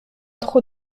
trop